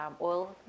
oil